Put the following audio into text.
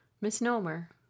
Misnomer